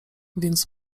więc